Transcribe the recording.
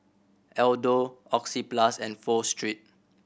Aldo Oxyplus and Pho Street